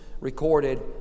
recorded